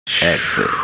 exit